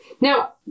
Now